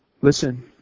Listen